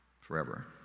forever